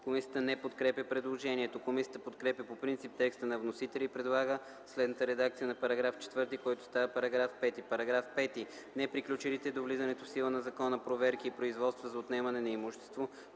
Комисията не подкрепя предложението. Комисията подкрепя по принцип текста на вносителя и предлага следната редакция на § 4, който става § 5: „§ 5. Неприключилите до влизането в сила на закона проверки и производства за отнемане на имущество,